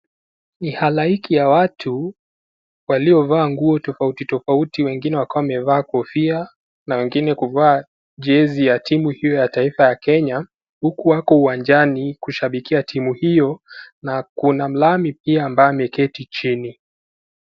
Ni halaiki ya watu waliovaa nguo tofauti tofauti, wengine wakiwa wamevaa kofia na wengine kuvaa jezi ya timu hio ya taifa ya Kenya uku wako uwanjani kushabikia timu hio na kuna mlami pia ambaye ameketi chini.